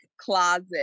closet